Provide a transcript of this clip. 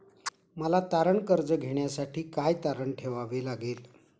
मला तारण कर्ज घेण्यासाठी काय तारण ठेवावे लागेल?